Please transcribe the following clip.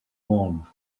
one